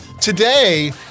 today